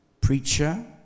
preacher